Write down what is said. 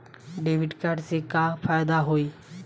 Debit card से का फायदा होई?